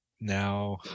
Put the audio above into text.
now